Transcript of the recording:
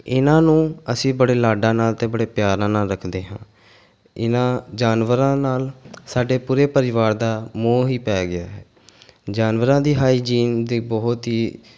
ਇਹਨਾਂ ਨੂੰ ਅਸੀਂ ਬੜੇ ਲਾਡਾਂ ਨਾਲ ਅਤੇ ਬੜੇ ਪਿਆਰ ਨਾਲ ਰੱਖਦੇ ਹਾਂ ਇਹਨਾਂ ਜਾਨਵਰਾਂ ਨਾਲ ਸਾਡੇ ਪੂਰੇ ਪਰਿਵਾਰ ਦਾ ਮੋਹ ਹੀ ਪੈ ਗਿਆ ਹੈ ਜਾਨਵਰਾਂ ਦੀ ਹਾਈਜੀਨ ਦੀ ਬਹੁਤ ਹੀ